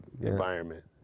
environment